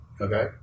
okay